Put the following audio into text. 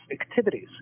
activities